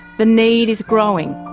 the need is growing.